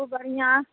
खुब बढ़िऑं